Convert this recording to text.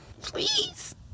Please